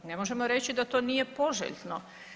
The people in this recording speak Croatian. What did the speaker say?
Ne možemo reći da to nije poželjno.